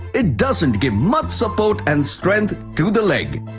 it doesn't give much support and strength to the leg.